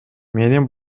менин